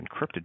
encrypted